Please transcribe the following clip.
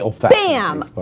bam